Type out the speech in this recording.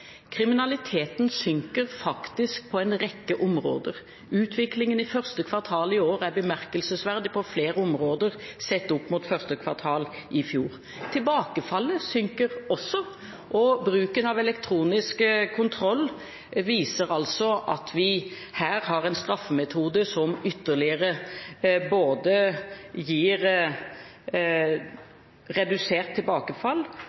Kriminaliteten synker faktisk på en rekke områder. Utviklingen i første kvartal i år er bemerkelsesverdig på flere områder, sett opp mot første kvartal i fjor. Tilbakefallet synker også. Bruken av elektronisk kontroll viser at vi her har en straffemetode som ytterligere